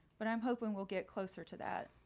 but i'm hoping we'll get closer to that.